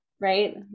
right